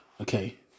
Okay